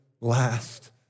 last